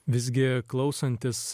visgi klausantis